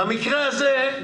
במקרה הזה,